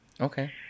Okay